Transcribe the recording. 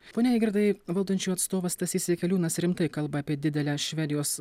pone eigirdai valdančiųjų atstovas stasys jakeliūnas rimtai kalba apie didelę švedijos